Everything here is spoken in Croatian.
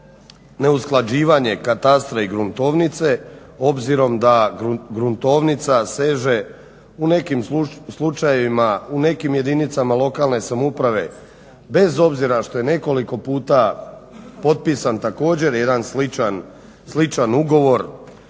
neusklađivanje katastra i gruntovnice, obzirom da gruntovnica seže u nekim jedinicama lokalne samouprave bez obzira što je nekoliko puta potpisan također jedan sličan ugovor.